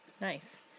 Nice